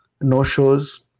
no-shows